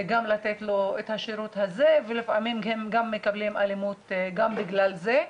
גם לתת לו את השירות הזה ולפעמים הם חווים אלימות גם בגלל זה.